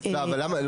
לא, אבל למה?